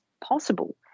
possible